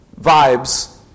vibes